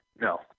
no